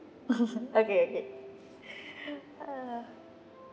okay okay ah